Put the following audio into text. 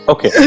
Okay